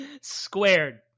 squared